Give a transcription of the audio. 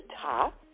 top